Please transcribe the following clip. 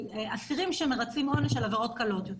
אסירים שמרצים עונש על עבירות קלות יותר.